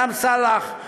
גם סאלח,